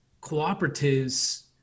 cooperatives